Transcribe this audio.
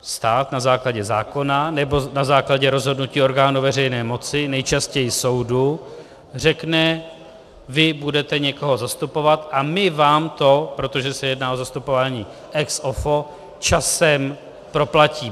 Stát na základě zákona nebo na základě rozhodnutí orgánu veřejné moci, nejčastěji soudu, řekne: Vy budete někoho zastupovat a my vám to, protože se jedná o zastupování ex offo, časem proplatíme.